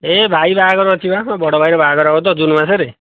ଏଇ ଭାଇ ବାହାଘର ଅଛି ପରା ମୋ ବଡ଼ଭାଇର ବାହାଘର ହେବ ତ ଜୁନ୍ମାସରେ